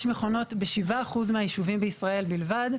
יש מכונות ב-7% מהיישובים בישראל בלבד.